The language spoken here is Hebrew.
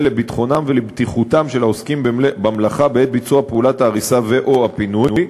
לביטחונם ולבטיחותם של העוסקים במלאכה בעת ביצוע פעולת ההריסה או הפינוי,